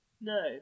No